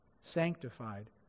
sanctified